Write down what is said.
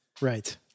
Right